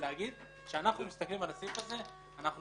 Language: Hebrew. כשאנחנו מסתכלים על הסעיף הזה אנחנו